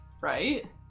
Right